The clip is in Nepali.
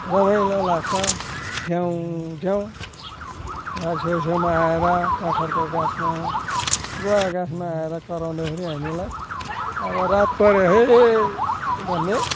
रमाइलो लाग्छ झ्याउँ झ्याउँ घर छेउछेउमा आएर कठहरको गाछमा गुवा गाछमा आएर कराउँदाखेरि हामीलाई अब रात पर्यो है भन्ने